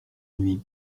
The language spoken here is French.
nuit